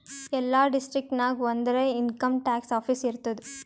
ಎಲ್ಲಾ ಡಿಸ್ಟ್ರಿಕ್ಟ್ ನಾಗ್ ಒಂದರೆ ಇನ್ಕಮ್ ಟ್ಯಾಕ್ಸ್ ಆಫೀಸ್ ಇರ್ತುದ್